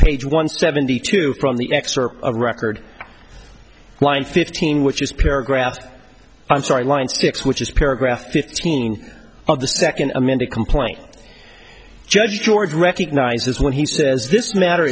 page one seventy two from the excerpt record why fifteen which is paragraph i'm sorry line six which is paragraph fifteen of the second amended complaint judge george recognizes when he says this matter